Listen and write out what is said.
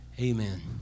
Amen